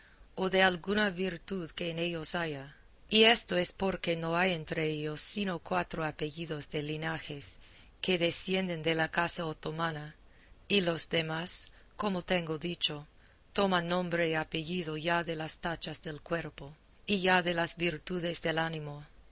o de alguna virtud que en ellos haya y esto es porque no hay entre ellos sino cuatro apellidos de linajes que decienden de la casa otomana y los demás como tengo dicho toman nombre y apellido ya de las tachas del cuerpo y ya de las virtudes del ánimo